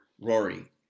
Rory